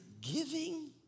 giving